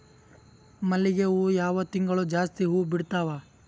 ಮಲ್ಲಿಗಿ ಹೂವು ಯಾವ ತಿಂಗಳು ಜಾಸ್ತಿ ಹೂವು ಬಿಡ್ತಾವು?